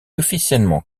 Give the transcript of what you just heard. officiellement